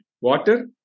Water